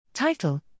Title